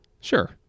Sure